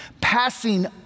Passing